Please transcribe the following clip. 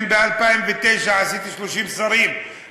אם ב-2009 עשיתי 30 שרים,